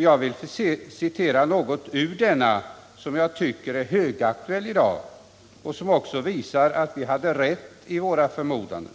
Jag skall citera något ur denna, som jag tycker, i dag högaktuella reservation. Det visar sig att vi hade rätt i våra förmodanden